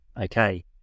okay